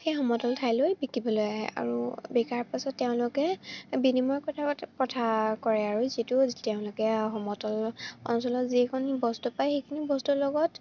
সেই সমতল ঠাইলৈ বিকিবলৈ আহে আৰু বিকাৰ পাছত তেওঁলোকে বিনিময় কথা প্ৰথা কৰে আৰু যিটো তেওঁলোকে সমতল অঞ্চলত যিখিনি বস্তু পায় সেইখিনি বস্তুৰ লগত